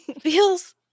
feels